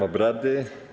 obrady.